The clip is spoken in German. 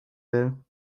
will